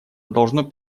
должно